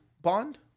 bond